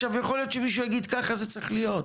יכול להיות שמישהו יגיד, ככה זה צריך להיות,